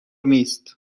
نیست